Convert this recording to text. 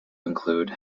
include